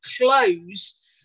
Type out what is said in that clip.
close